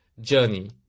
journey